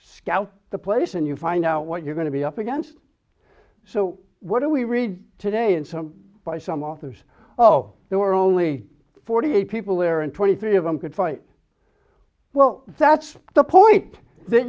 scout the place and you find out what you're going to be up against so what do we read today in some by some authors oh there were only forty eight people there and twenty three of them could fight well that's the point that